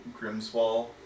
Grimswall